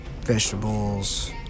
vegetables